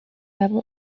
rebel